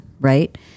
Right